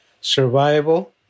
survival